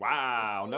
Wow